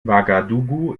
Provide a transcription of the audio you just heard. ouagadougou